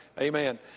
amen